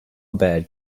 bad